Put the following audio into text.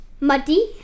Muddy